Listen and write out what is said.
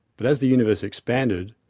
but as the universe expanded,